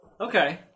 Okay